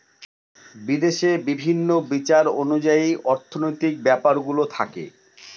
বিদেশে বিভিন্ন বিচার অনুযায়ী অর্থনৈতিক ব্যাপারগুলো থাকে